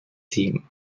tim